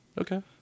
Okay